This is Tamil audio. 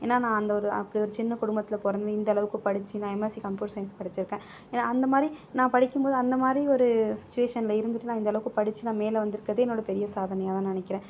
ஏன்னால் நான் அந்த ஒரு அப்படி ஒரு சின்ன குடும்பத்தில் பிறந்து இந்த அளவுக்கு படிச்சு நா எம்எஸ்சி கம்ப்யூட்டர் சயின்ஸ் படிச்சிருக்கேன் ஏன்னால் அந்தமாதிரி நான் படிக்கும் போது அந்தமாதிரி ஒரு சிச்சுவேசஷனில் இருந்துட்டு நான் இந்த அளவுக்கு படிச்சு நான் மேலே வந்திருக்கறதே என்னோடய பெரிய சாதனையாக தான் நினைக்கிறேன்